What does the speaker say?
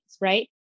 right